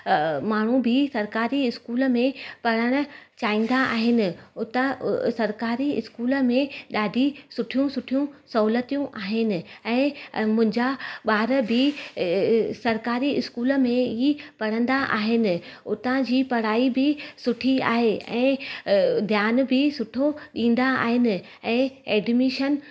अ माण्हू बि सरकारी स्कूल में पढ़णु चाहींदा आहिनि उतां सरकारी स्कूल में ॾाढी सुठियूं सुठियूं सहुलतियूं आहिनि ऐं अ मुंहिंजा ॿार बि सरकारी स्कूल में ई पढ़ंदा आहिनि उतां जी पढ़ाई बि सुठी आहे ऐं अ ध्यानु बि सुठो ॾींदा आहिनि ऐं एडमिशन